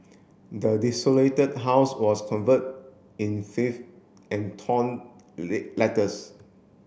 the desolated house was convert in filth and torn letters